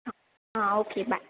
हां हां okay bye